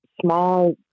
small